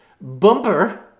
Bumper